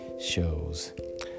shows